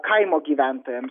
kaimo gyventojams